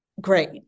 great